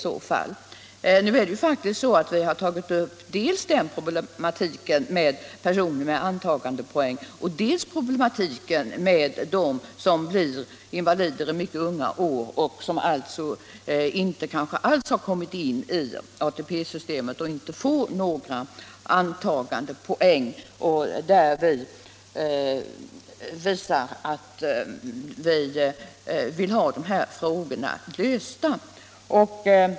Nu har vi faktiskt dels tagit upp problematiken med personer med antagandepoäng, dels problematiken med dem som blir invalider i mycket unga år och som kanske inte alls har kommit in i ATP-systemet och därför inte får några antagandepoäng. Det är dessa frågor som vi vill se lösta.